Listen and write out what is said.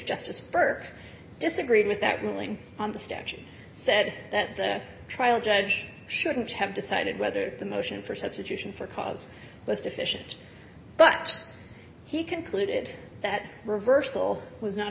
justice burke disagreed with that ruling on the statute said that the trial judge shouldn't have decided whether the motion for such situation for cause was deficient but he concluded that reversal was not